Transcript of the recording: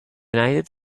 united